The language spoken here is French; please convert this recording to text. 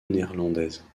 néerlandaise